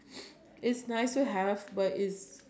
I think you need to think about like okay